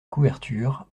couverture